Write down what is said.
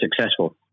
successful